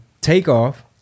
Takeoff